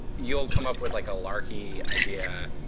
you'll come up with like a lark-y idea.